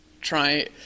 try –